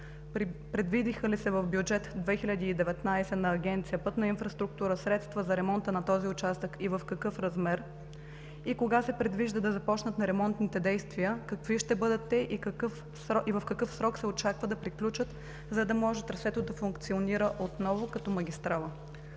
Предвидиха ли се в бюджет 2019 на Агенция „Пътна инфраструктура“ средства за ремонта на този участък и в какъв размер? И кога се предвижда да започнат ремонтните действия, какви ще бъдат те и в какъв срок се очаква да приключат, за да може трасето да функционира отново като магистрала?